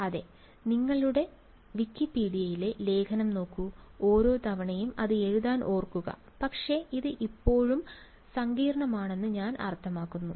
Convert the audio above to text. അതെ നിങ്ങൾ വിക്കിപീഡിയയിലെ ലേഖനം നോക്കൂ ഓരോ തവണയും അത് എഴുതാൻ ഓർക്കുക പക്ഷേ ഇത് ഇപ്പോഴും സങ്കീർണ്ണമാണെന്ന് ഞാൻ അർത്ഥമാക്കുന്നു